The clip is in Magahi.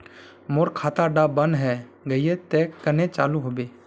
मोर खाता डा बन है गहिये ते कन्हे चालू हैबे?